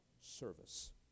service